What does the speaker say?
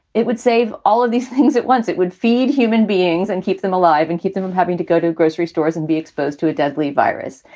it would save all of these things at once. it would feed human beings and keep them alive and keep them from having to go to grocery stores and be exposed to a deadly virus.